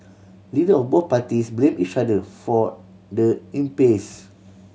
leader of both parties blamed each other for the impasse